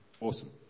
Awesome